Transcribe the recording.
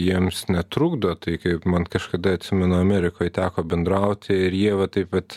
jiems netrukdo tai kaip man kažkada atsimenu amerikoj teko bendrauti ir jie va taip vat